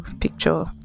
picture